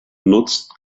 nutzt